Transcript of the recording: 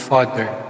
Father